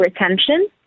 retention